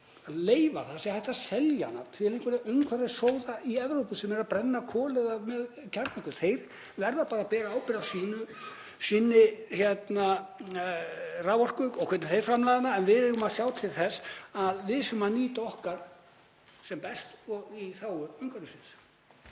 að leyfa að það sé hægt að selja hana til einhverra umhverfissóða í Evrópu sem eru að brenna kol eða með kjarnorku. Þeir verða bara að bera ábyrgð á sinni raforku og hvernig þeir framleiða hana og við eigum að sjá til þess að við séum að nýta okkar sem best og í þágu umhverfisins.